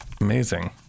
Amazing